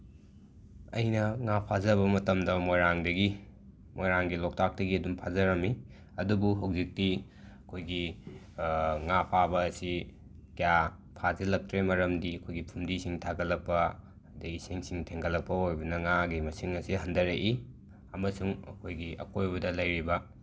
ꯑꯩꯅ ꯉꯥ ꯐꯥꯖꯕ ꯃꯇꯝꯗ ꯃꯣꯏꯔꯥꯡꯗꯒꯤ ꯃꯣꯏꯔꯥꯡꯒꯤ ꯂꯣꯛꯇꯥꯛꯇꯒꯤ ꯑꯗꯨꯝ ꯐꯥꯖꯔꯝꯃꯤ ꯑꯗꯨꯕꯨ ꯍꯧꯖꯤꯛꯇꯤ ꯑꯩꯈꯣꯏꯒꯤ ꯉꯥ ꯐꯥꯕ ꯍꯥꯏꯁꯤ ꯀꯌꯥ ꯐꯥꯖꯤꯜꯂꯛꯇ꯭ꯔꯦ ꯃꯔꯝꯗꯤ ꯑꯩꯈꯣꯏꯒꯤ ꯐꯨꯝꯗꯤꯁꯤꯡ ꯊꯥꯒꯠꯂꯛꯄ ꯑꯗꯒꯤ ꯏꯁꯤꯡꯁꯤꯡ ꯊꯦꯟꯒꯠꯂꯛꯄ ꯑꯣꯏꯕꯅ ꯉꯥꯒꯤ ꯃꯁꯤꯡ ꯑꯁꯤ ꯍꯟꯊꯔꯛꯏ ꯑꯃꯁꯨꯡ ꯑꯩꯈꯣꯏꯒꯤ ꯑꯀꯣꯏꯕꯗ ꯂꯩꯔꯤꯕ